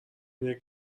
اینه